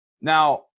Now